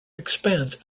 expands